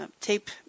tape